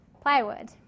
plywood